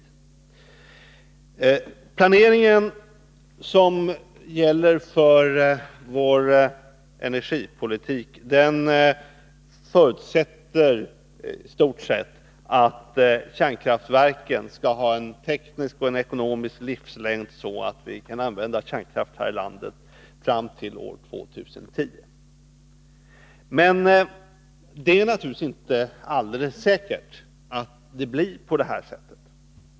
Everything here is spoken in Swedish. Den planering som gäller för vår energipolitik förutsätter i stort sett att kärnkraftverken skall ha en sådan teknisk och ekonomisk livslängd att vi kan använda kärnkraft här i landet till år 2010. Men det är naturligtvis inte alldeles säkert att det blir på det sättet.